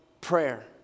prayer